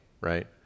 right